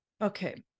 Okay